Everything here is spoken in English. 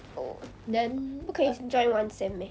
oh 不可以 join one sem meh